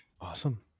Awesome